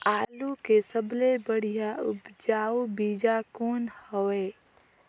आलू के सबले बढ़िया उपजाऊ बीजा कौन हवय?